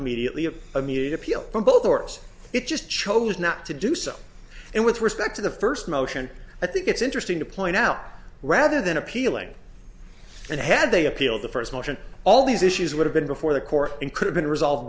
immediately immediate appeal from both or else it just chose not to do so and with respect to the first motion i think it's interesting to point out rather than appealing and had they appealed the first motion all these issues would have been before the court and could have been resolved